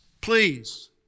Please